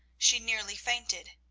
she nearly fainted.